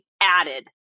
added